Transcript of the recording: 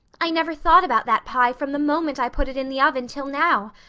i never thought about that pie from the moment i put it in the oven till now,